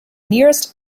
nearest